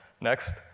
Next